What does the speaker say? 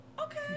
okay